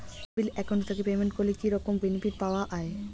কোনো bill account থাকি payment করলে কি রকম বেনিফিট পাওয়া য়ায়?